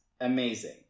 amazing